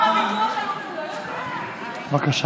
בבקשה.